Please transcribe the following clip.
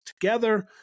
together